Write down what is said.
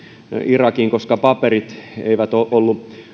irakiin koska paperit eivät ole olleet